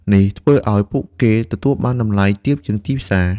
នេះធ្វើឲ្យពួកគេទទួលបានតម្លៃទាបជាងទីផ្សារ។